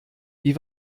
wie